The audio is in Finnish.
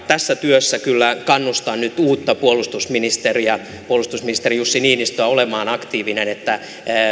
tässä työssä kyllä kannustan nyt uutta puolustusministeriä puolustusministeri jussi niinistöä olemaan aktiivinen että